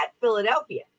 Philadelphia